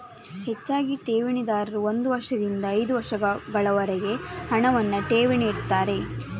ಹೆಚ್ಚಾಗಿ ಠೇವಣಿದಾರರು ಒಂದು ವರ್ಷದಿಂದ ಐದು ವರ್ಷಗಳವರೆಗೆ ಹಣವನ್ನ ಠೇವಣಿ ಇಡ್ತಾರೆ